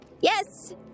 Yes